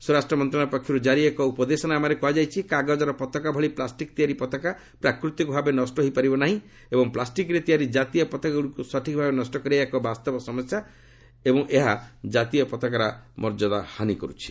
ସ୍ୱରାଷ୍ଟ୍ର ମନ୍ତ୍ରଣାଳୟ ପକ୍ଷରୁ ଜାରି ଏକ ଉପଦେଶନାମାରେ କୁହାଯାଇଛି କାଗଜର ପତାକା ଭଳି ପ୍ଲାଷ୍ଟିକ୍ ତିଆରି ପତାକା ପ୍ରାକୃତିକ ଭାବେ ନଷ୍ଟ ହୋଇପାରିବ ନାହିଁ ଏବଂ ପ୍ଲାଷ୍ଟିକ୍ରେ ତିଆରି ଜାତୀୟ ପତାକାଗୁଡ଼ିକୁ ସଠିକ୍ ଭାବେ ନଷ୍ଟ କରାଇବା ଏକ ବାସ୍ତବ ସମସ୍ୟା ଏବଂ ଏହା ଜାତୀୟ ପତାକାର ମର୍ଯ୍ୟାଦା ହାନି କରୁଛି